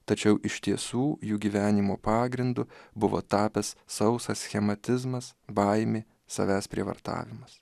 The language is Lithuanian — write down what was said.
tačiau iš tiesų jų gyvenimo pagrindu buvo tapęs sausas schematizmas baimė savęs prievartavimas